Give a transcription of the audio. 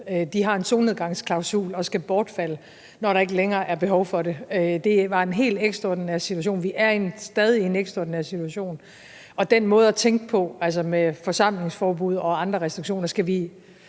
De har en solnedgangsklausul og skal bortfalde, når der ikke længere er behov for det. Det var en helt ekstraordinær situation, og vi er stadig i en ekstraordinær situation, og den måde at tænke på, altså med forsamlingsforbud og andre restriktioner, skal vi